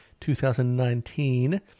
2019